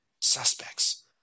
Suspects